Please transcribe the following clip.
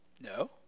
No